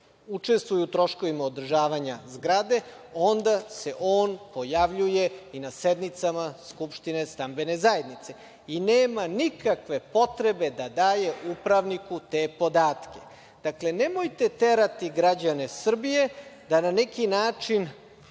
učestvuje u troškovima održavanja zgrade, onda se on pojavljuje i na sednicama skupštine stambene zajednice i nema nikakva potrebe da daje upravniku te podatke. Dakle, nemojte terati građane Srbije da na neki način